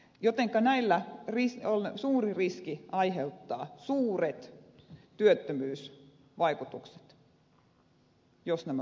jotenka näillä on suuri riski aiheuttaa suuret työttömyysvaikutukset jos nämä menevät eteenpäin